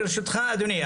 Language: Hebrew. לרשותך אדוני.